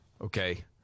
Okay